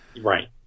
Right